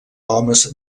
homes